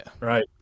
Right